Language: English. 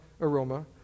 aroma